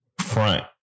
front